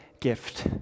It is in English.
gift